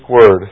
word